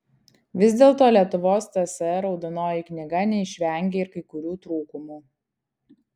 vis dėlto lietuvos tsr raudonoji knyga neišvengė ir kai kurių trūkumų